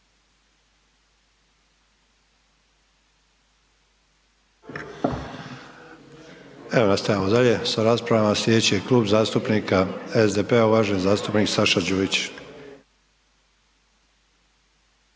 Evo nastavljamo dalje sa raspravama, slijedeći je Klub zastupnika SDP-a, uvaženi zastupnik Saša Đujić.